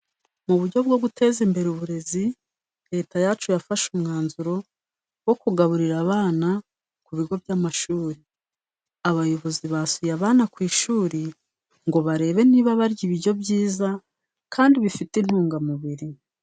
Mu buryo bwo guteza imbere uburezi ,leta yacu yafashe umwanzuro wo kugaburira abana ku bigo by'amashuri. Abayobozi basuye abana ku ishuri ngo barebe niba barya ibiryo byiza kandi bifite intungamubiri.